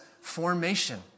formation